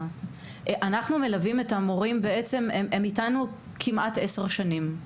אנחנו מלווים את המורים והם איתנו כמעט 10 שנים.